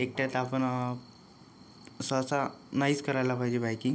एकट्यात आपण सहसा नाहीच करायला पाहिजे बाइकिंग